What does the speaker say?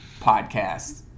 podcast